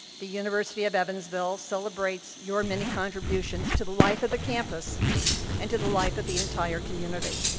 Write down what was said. the university of evansville celebrates your many contributions to the life of the campus and to the life of the entire community.